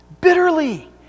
bitterly